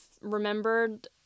remembered